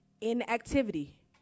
inactivity